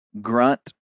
grunt